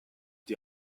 die